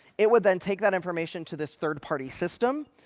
it would then take that information to this third-party system.